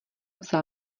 vzal